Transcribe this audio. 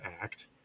Act